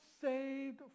saved